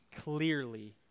clearly